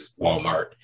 Walmart